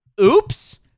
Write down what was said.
Oops